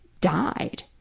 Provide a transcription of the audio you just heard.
died